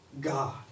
God